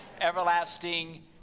everlasting